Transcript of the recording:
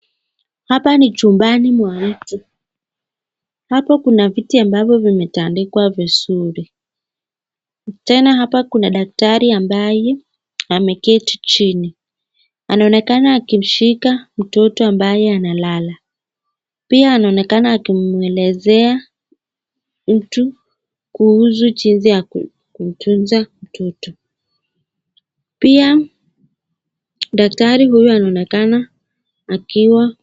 Hapa ni chumbani mwa mtu. Hapo kuna viti ambavyo vimetandikwa vizuri. Tena hapa kuna daktari ambaye ameketi jini. Anaonekana akishika mtoto ambaye analala. Pia anaonekana akimwelezea mtu kuhusu jinsi ya kutunza mtoto. Pia daktari huyu anaonekana akiwa.